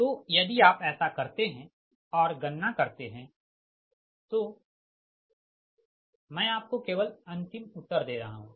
तो यदि आप ऐसा करते है और गणना करते है तो मैं आपको केवल अंतिम उत्तर दे रहा हूँ